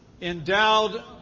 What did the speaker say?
endowed